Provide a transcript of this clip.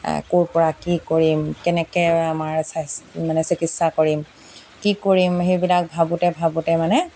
ক'ৰ পৰা কি কৰিম কেনেকৈ আমাৰ চা মানে চিকিৎসা কৰিম কি কৰিম সেইবিলাক ভাবোঁতে ভাবোঁতে মানে